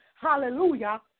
hallelujah